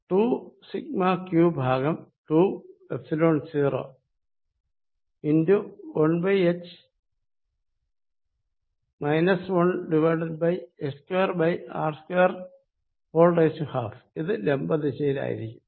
2 σq ഭാഗം 2 ϵ0 1h 1 h2R21 ഇത് ലംബ ദിശയിലായിരിക്കും